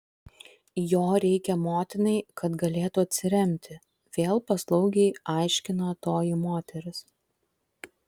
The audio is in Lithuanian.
jo reikia motinai kad galėtų atsiremti vėl paslaugiai aiškina toji moteris